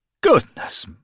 Goodness